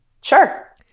Sure